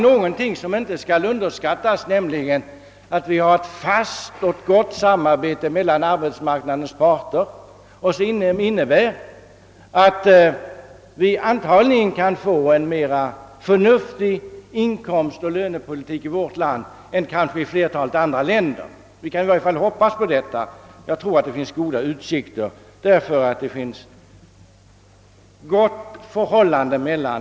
Något som inte skall underskattas är vidare att vi har ett fast och gott samarbete mellan arbetsmarknadens parter, som innebär att vi i vårt land antagligen kan få en mera förnuftig inkomstoch lönepolitik än kanske i flertalet andra länder. Vi kan i varje fall hoppas att så är förhållandet.